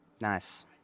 nice